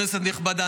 כנסת נכבדה,